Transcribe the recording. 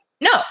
no